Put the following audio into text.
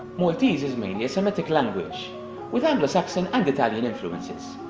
maltese is mainly a semitic language with anglosaxon and italian influences.